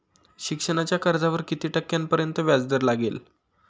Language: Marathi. शिक्षणाच्या कर्जावर किती टक्क्यांपर्यंत व्याजदर लागेल?